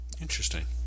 Interesting